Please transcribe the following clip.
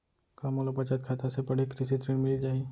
का मोला बचत खाता से पड़ही कृषि ऋण मिलिस जाही?